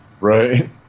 Right